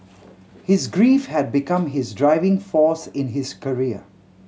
his grief had become his driving force in his career